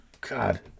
God